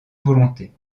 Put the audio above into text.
volonté